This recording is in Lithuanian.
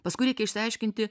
paskui reikia išsiaiškinti